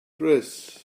dress